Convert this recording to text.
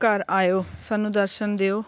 ਘਰ ਆਇਓ ਸਾਨੂੰ ਦਰਸ਼ਨ ਦਿਓ